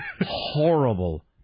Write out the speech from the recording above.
horrible